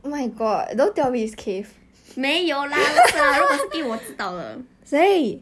没有 lah 不是 lah 如果是 keith 我知道了